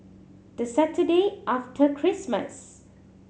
the Saturday after Christmas